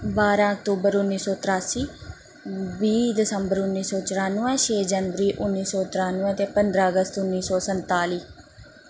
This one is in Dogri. बारां अक्टूबर उन्नी सौ तरेआसी बीह् दिसंबर उन्नी सौ चरानुऐ छे जनबरी उन्नी सौ त्ररानुऐ ते पंदरां अगस्त उन्नी सौ संताली